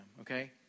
okay